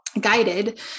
guided